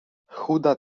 chuda